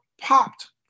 popped